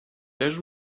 теж